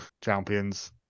champions